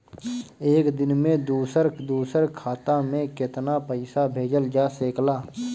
एक दिन में दूसर दूसर खाता में केतना पईसा भेजल जा सेकला?